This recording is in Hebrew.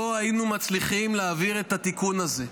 לא היינו מצליחים להעביר את התיקון הזה.